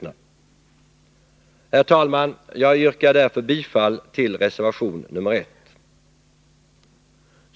Nr 132 Herr talman! Jag yrkar därför bifall till reservation nr 1.